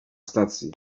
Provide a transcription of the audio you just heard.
stacji